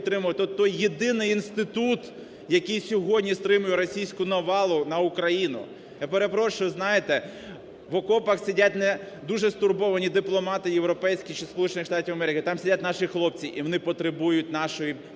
отой єдиний інститут, який сьогодні стримує російську навалу на Україну. Я перепрошую, знаєте в окопах сидять не дуже стурбовані дипломати європейські чи Сполучених Штатів Америки, там сидять наші хлопці і вони потребують нашої